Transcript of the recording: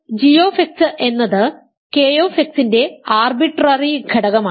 ഇവിടെ g എന്നത് k ന്റെ ആർബിട്രറി ഘടകമാണ്